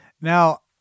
Now